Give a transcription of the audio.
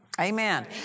Amen